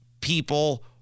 people